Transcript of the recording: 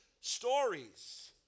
stories